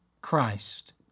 Christ